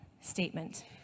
statement